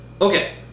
okay